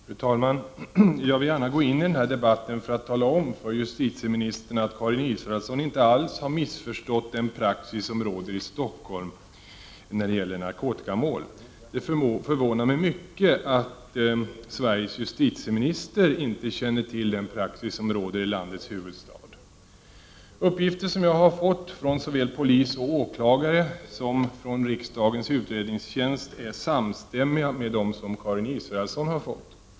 Fru talman! Jag vill gärna gå upp i debatten för att tala om för justitieministern att Karin Israelsson inte alls har missförstått den praxis i narkotikamål som gäller i Stockholm. Det förvånar mig mycket att Sveriges justitieminister inte känner till den rättstillämpning som gäller i landets huvudstad. Uppgifter som jag har fått från såväl polis och åklagare som riksdagens utredningstjänst är samstämmiga med de uppgifter som Karin Israelsson har fått.